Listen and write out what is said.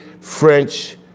French